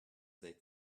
they